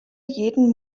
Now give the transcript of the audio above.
jeden